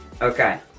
okay